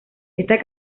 estas